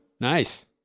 Nice